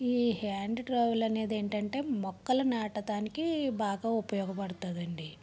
ఈ hand trowel అనేది ఏంటంటే మొక్కలు నాటడానికి బాగా ఉపయోగ పడుతుందండి